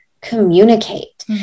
communicate